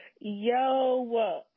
Yo